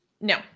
No